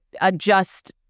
adjust